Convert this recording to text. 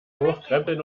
hochkrempeln